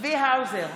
צבי האוזר,